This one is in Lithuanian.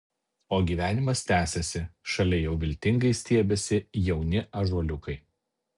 o gyvenimas tęsiasi šalia jau viltingai stiebiasi jauni ąžuoliukai